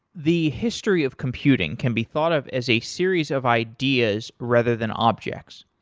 the history of computing can be thought of as a series of ideas rather than objects.